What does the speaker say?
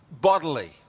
bodily